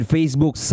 Facebook